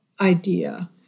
idea